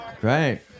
Great